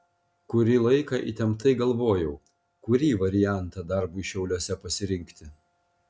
kurį laiką įtemptai galvojau kurį variantą darbui šiauliuose pasirinkti